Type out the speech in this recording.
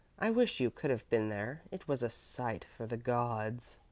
i wish you could have been there. it was a sight for the gods.